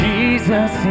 Jesus